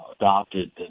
adopted